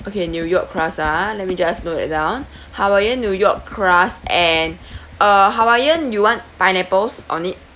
okay new york crust ah let me just note that down hawaiian new york crust and uh hawaiian you want pineapples on it